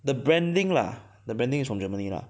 the branding lah the branding is from Germany lah